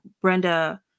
Brenda